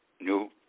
new